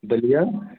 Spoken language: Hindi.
दलिया है